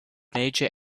major